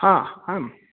हा हाम्